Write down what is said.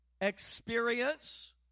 experience